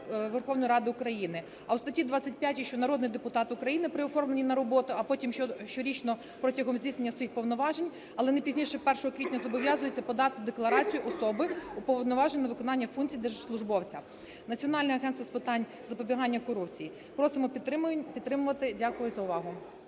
Верховної Ради України, у статті 25 – що народний депутат України при оформленні на роботу, а потім щорічно протягом здійснення своїх повноважень, але не пізніше 1 квітня, зобов'язується подати декларацію особи, уповноваженої на виконання функцій держслужбовця, Національного агентства з питань запобігання корупції. Просимо підтримати. Дякую за увагу.